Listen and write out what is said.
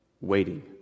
waiting